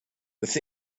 with